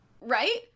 right